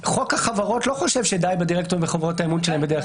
החברות לא חושב שדיי בדירקטורים וחובות --- שלהם בדרך כלל.